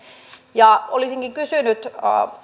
olisinkin kysynyt